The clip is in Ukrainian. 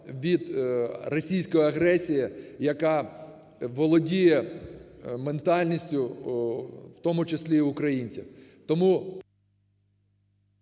від російської агресії, яка володіє ментальністю, в тому числі і українців.